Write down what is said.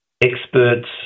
experts